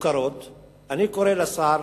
אני קורא לשר